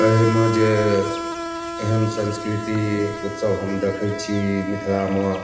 ऐहिमे जे एहन संस्कृति उत्सव हम देखैत छी मिथलामे